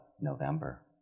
November